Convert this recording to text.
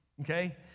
okay